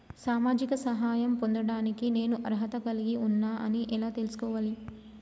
సామాజిక సహాయం పొందడానికి నేను అర్హత కలిగి ఉన్న అని ఎలా తెలుసుకోవాలి?